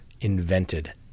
invented